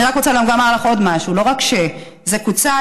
אני רק רוצה לומר לך עוד משהו: לא רק שזה קוצץ,